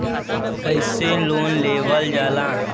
कैसे लोन लेवल जाला?